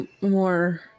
more